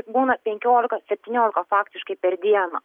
būna penkiolika septyniolika faktiškai per dieną